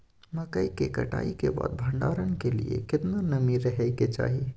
मकई के कटाई के बाद भंडारन के लिए केतना नमी रहै के चाही?